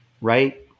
right